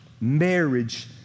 marriage